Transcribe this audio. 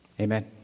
Amen